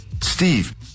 Steve